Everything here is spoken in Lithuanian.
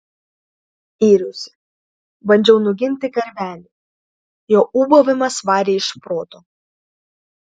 yriausi bandžiau nuginti karvelį jo ūbavimas varė iš proto